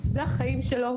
אלה החיים שלו,